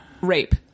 rape